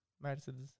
Mercedes